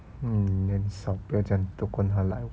mm then 少不要这样不要管他 lah